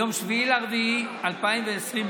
ביום 7 באפריל 2020,